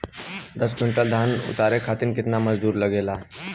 दस क्विंटल धान उतारे खातिर कितना मजदूरी लगे ला?